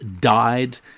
died